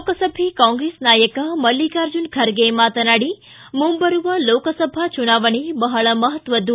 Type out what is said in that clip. ಲೋಕಸಭೆ ಕಾಂಗ್ರೆಸ್ ನಾಯಕ ಮಲ್ಲಿಕಾರ್ಜುನ ಖರ್ಗೆ ಮಾತನಾಡಿ ಮುಂಬರುವ ಲೋಕಸಭಾ ಚುನಾವಣೆ ಬಹಳ ಮಹತ್ವದ್ದು